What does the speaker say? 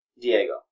Diego